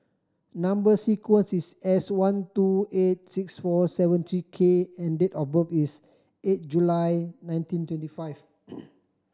number sequence is S one two eight six four seven three K and date of birth is eight July nineteen twenty five